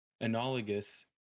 analogous